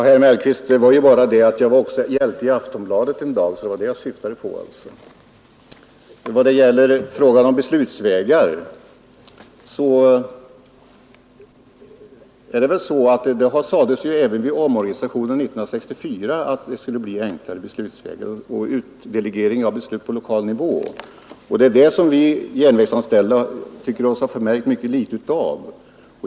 Herr talman! Det var bara så, herr Mellqvist, att jag också var hjälte i Aftonbladet en dag. Det var det jag syftade på. Vad gäller beslutsvägar sades det även vid omorganisationen 1964 att det skulle bli enklare beslutsvägar och även utdelegering av beslut på lokal nivå. Det har vi järnvägsanställda märkt ytterst litet av.